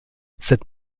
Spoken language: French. cette